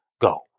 go